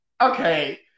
okay